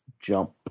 jump